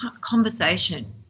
conversation